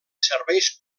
serveis